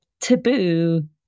taboo